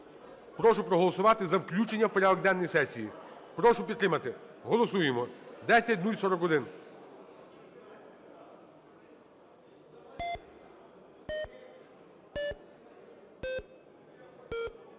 Прошу проголосувати за включення в порядок денний сесії. Прошу підтримати, голосуємо 10041.